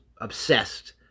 obsessed